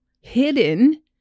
hidden